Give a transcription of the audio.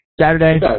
Saturday